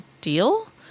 deal